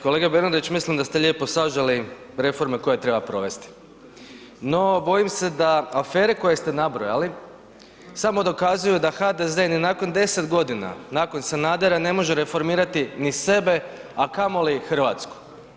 Kolega Bernardić, mislim da ste lijepo saželi reforme koje treba provesti, no bojim se da afere koje ste nabrojali, samo dokazuju da HDZ ni nakon 10 g. nakon Sanadera, ne može reformirati ni sebe, a kamoli Hrvatsku.